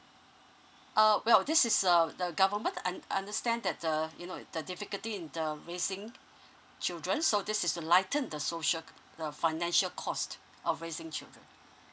uh well this is um the government I understand that uh you know the difficulty in the raising children so this is to lighten the social the financial cost of raising children